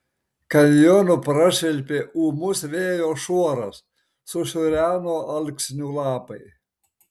kanjonu prašvilpė ūmus vėjo šuoras sušiureno alksnių lapai